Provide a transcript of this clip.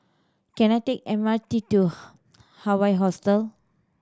can I take M R T to Hawaii Hostel